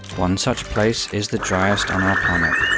one such place is the driest on our planet.